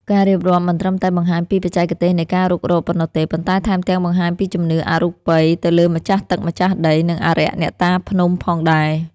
ការរៀបរាប់មិនត្រឹមតែបង្ហាញពីបច្ចេកទេសនៃការរុករកប៉ុណ្ណោះទេ ប៉ុន្តែថែមទាំងបង្ហាញពីជំនឿអរូបីទៅលើម្ចាស់ទឹកម្ចាស់ដី និងអារក្សអ្នកតាភ្នំផងដែរ។